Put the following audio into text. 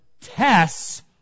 tests